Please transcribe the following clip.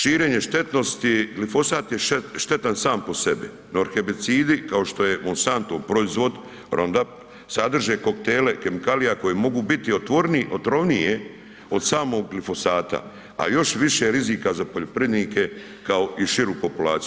Širenje štetnosti, glifosat je štetan sam po sebi, no herbicidi kao što je Monsantov proizvod Roundup sadrže koktele kemikalija koji mogu biti otvoreni, otrovnije od samog glifosata, a još više rizika za poljoprivrednike kao i širu populaciju.